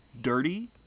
dirty